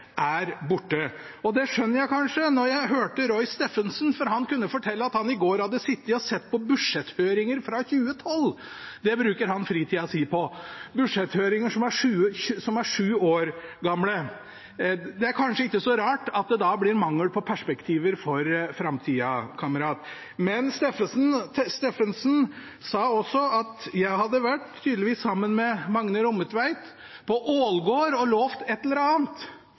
er borte. Og det skjønner jeg, kanskje, når jeg hører Roy Steffensen, for han kunne fortelle at han i går hadde sittet og sett på budsjetthøringer fra 2012! Det bruker han fritida si på, budsjetthøringer som er sju år gamle. Det er kanskje ikke så rart at det da blir mangel på perspektiver for framtida. Men Steffensen sa også at jeg, tydeligvis sammen med Magne Rommetveit, hadde vært på Ålgård og lovet et eller annet.